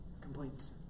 complaints